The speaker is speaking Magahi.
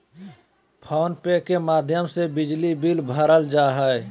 फोन पे के माध्यम से बिजली बिल भरल जा हय